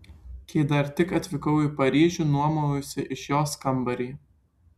kai dar tik atvykau į paryžių nuomojausi iš jos kambarį